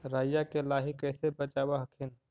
राईया के लाहि कैसे बचाब हखिन?